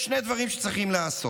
יש שני דברים שצריכים לעשות.